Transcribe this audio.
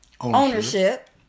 ownership